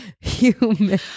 human